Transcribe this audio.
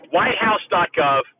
WhiteHouse.gov